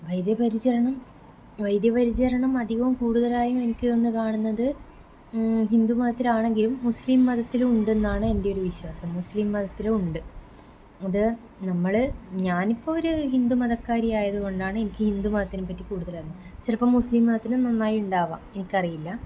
വൈദ്യ പരിചരണം വൈദ്യ പരിചരണം അധികവും കൂടുതലായും എനിക്ക് തോന്നുന്നത് കാണുന്നത് ഹിന്ദു മതത്തിലാണെങ്കിലും മുസ്ലിം മതത്തിലും ഉണ്ടെന്നാണ് എൻ്റെ ഒരു വിശ്വാസം മുസ്ലിം മതത്തിലും ഉണ്ട് അത് നമ്മള് ഞാനിപ്പോൾ ഒരു ഹിന്ദു മതക്കാരിയായത് കൊണ്ടാണ് എനിക്ക് ഹിന്ദുമതത്തിനെ പറ്റി കൂടുതൽ അറിയാം ചിലപ്പോൾ മുസ്ലീം മതത്തിലും നന്നായി ഉണ്ടാവാം എനക്കറിയില്ല